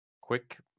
quick